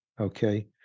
Okay